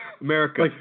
America